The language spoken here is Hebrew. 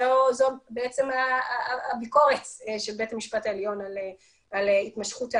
זו בעצם הביקורת של בית המשפט העליון על התמשכות ההליך.